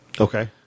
Okay